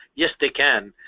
yes, they can.